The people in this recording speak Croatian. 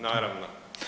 Naravno.